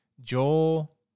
Joel